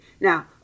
Now